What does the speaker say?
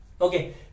Okay